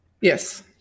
yes